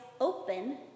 open